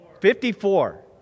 Fifty-four